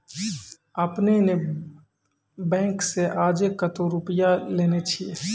आपने ने बैंक से आजे कतो रुपिया लेने छियि?